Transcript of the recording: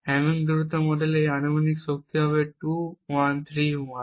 Hamming দূরত্ব মডেলে এই অনুমানিক শক্তি হবে 2 1 3 1